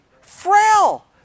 Frail